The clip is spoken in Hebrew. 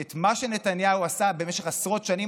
ואת מה שנתניהו עשה במשך עשרות שנים,